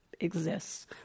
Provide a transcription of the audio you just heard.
exists